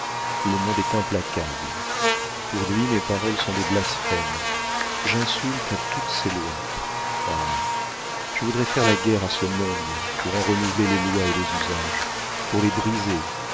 le monde est implacable pour lui mes paroles sont des blasphèmes j'insulte à toutes ses lois ah je voudrais faire la guerre à ce monde pour en renouveler les lois et les usages pour les briser